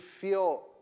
feel